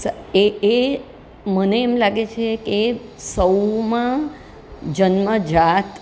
એ એ મને એમ લાગે છે કે સૌમાં જન્મજાત